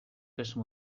questo